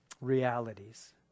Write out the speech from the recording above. realities